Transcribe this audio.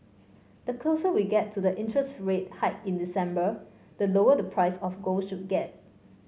the closer we get to the interest rate hike in December the lower the price of gold should get